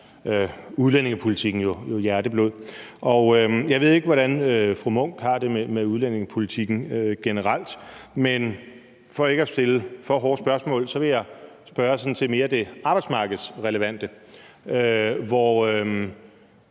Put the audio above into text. udlændingepolitikken hjerteblod. Jeg ved ikke, hvordan fru Charlotte Munch har det med udlændingepolitikken generelt, men for ikke at stille for hårde spørgsmål vil jeg spørge til det sådan mere arbejdsmarkedsrelevante, hvor